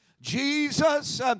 Jesus